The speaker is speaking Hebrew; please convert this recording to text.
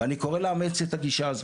ואני קורא לאמץ את הגישה הזאת.